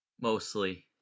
Mostly